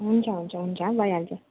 हुन्छ हुन्छ भइहाल्छ